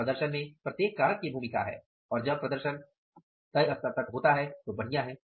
इस प्रदर्शन में प्रत्येक कारक की भूमिका है और जब प्रदर्शन तय स्तर तक होता है तो बढ़िया है